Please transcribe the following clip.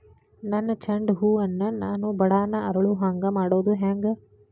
ನನ್ನ ಚಂಡ ಹೂ ಅನ್ನ ನಾನು ಬಡಾನ್ ಅರಳು ಹಾಂಗ ಮಾಡೋದು ಹ್ಯಾಂಗ್?